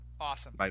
Awesome